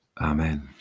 amen